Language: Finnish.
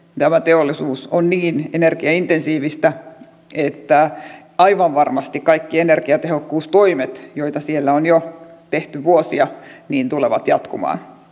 tämä teollisuus on niin energiaintensiivistä että aivan varmasti kaikki energiatehokkuustoimet joita siellä on jo tehty vuosia tulevat jatkumaan